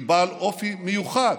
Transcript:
היא בעלת אופי מיוחד.